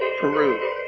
Peru